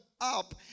up